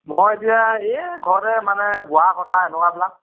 মই এতিয়া এই ঘৰতে মানে বোৱা কটা এনেকুৱাবিলাক